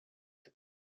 the